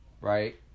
right